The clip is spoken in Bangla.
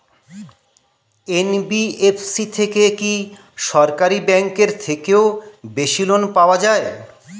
এন.বি.এফ.সি থেকে কি সরকারি ব্যাংক এর থেকেও বেশি লোন পাওয়া যায়?